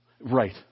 Right